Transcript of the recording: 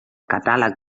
catàleg